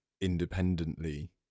independently